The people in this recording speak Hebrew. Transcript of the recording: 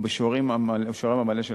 ובשיעורם המלא,